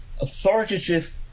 authoritative